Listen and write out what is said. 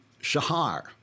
Shahar